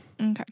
Okay